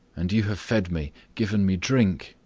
and you have fed me, given me drink,